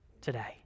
today